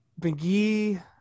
McGee